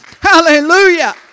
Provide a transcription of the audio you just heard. Hallelujah